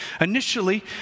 Initially